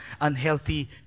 unhealthy